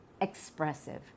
expressive